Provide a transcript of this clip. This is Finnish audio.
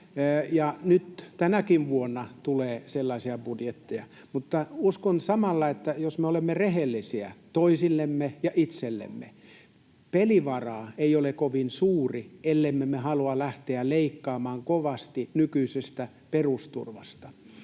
nyt tänäkin vuonna tulee sellaisia budjetteja. Mutta uskon samalla, että jos me olemme rehellisiä toisillemme ja itsellemme, pelivara ei ole kovin suuri, ellemme me halua lähteä leikkaamaan kovasti nykyisestä perusturvasta.